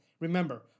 Remember